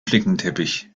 flickenteppich